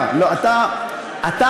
רואה את ההסתייגות.